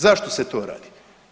Zašto se to radi?